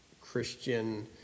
Christian